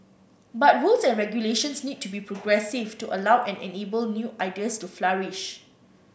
but rules and regulations need to be progressive to allow and enable new ideas to flourish